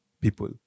people